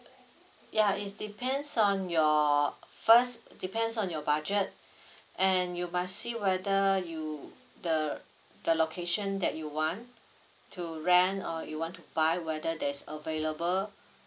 ya is depends on your first depends on your budget and you must see whether you the the location that you want to rent or you want to buy whether there's available